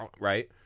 Right